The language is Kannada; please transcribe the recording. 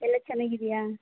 ಎಲ್ಲ ಚೆನ್ನಾಗಿದೆಯಾ